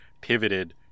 pivoted